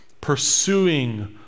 pursuing